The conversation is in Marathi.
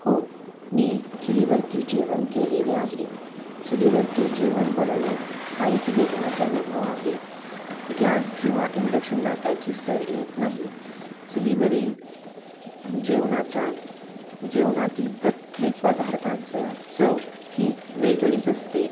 हो मी चुलीवरती जेवण केलेले आहे चुलीवरती जेवण बनवणे हा एक वेगळाच अनुभव आहे गॅस किंवा इंडक्शनला त्याची सर येत नाही चुलीवरील जेवणाचा जेवणातील प्रत्येक पदार्थाचं चव ही वेगळीच असते